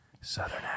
southern